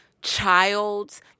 child